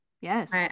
Yes